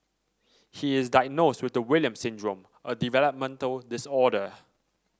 he is diagnosed with the Williams Syndrome a developmental disorder